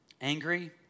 Angry